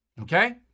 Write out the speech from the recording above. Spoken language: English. Okay